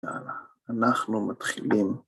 יאללה, אנחנו מתחילים.